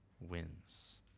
wins